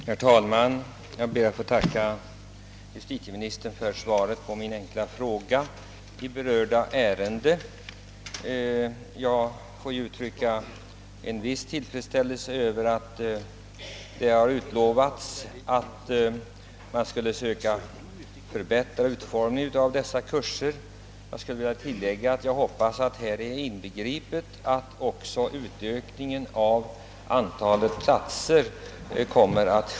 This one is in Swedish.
Herr talman! Jag ber att få tacka justitieministern för svaret på min fråga och vill uttrycka en viss tillfredsställelse över att det har utlovats, att man skall söka förbättra utformningen av dessa kurser. Jag hoppas emellertid att också antalet platser kommer att ökas, vilket är det väsentligaste i det här fallet.